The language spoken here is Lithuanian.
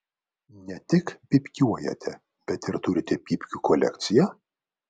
ne tik pypkiuojate bet ir turite pypkių kolekciją